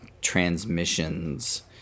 transmissions